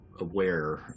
aware